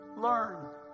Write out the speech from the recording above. learn